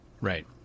Right